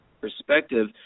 perspective